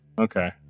Okay